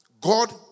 God